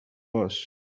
was